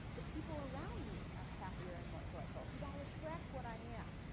the people around me are happier and more joyful because i attract what i am.